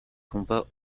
combats